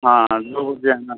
हाँ दो बजे आना है